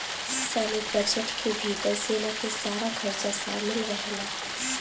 सैनिक बजट के भितर सेना के सारा खरचा शामिल रहेला